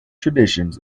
traditions